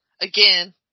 again